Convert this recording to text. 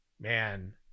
man